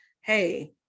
hey